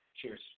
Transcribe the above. Cheers